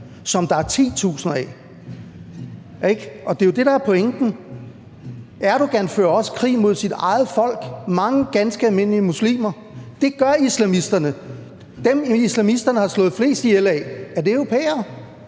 som der er titusinder af, ikke? Det er jo det, der er pointen. Erdogan fører også krig mod sit eget folk, mod mange ganske almindelige muslimer. Det gør islamisterne. Er dem, islamisterne har slået flest ihjel af, europæere?